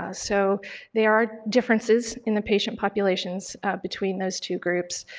ah so there are differences in the patient populations between those two groups.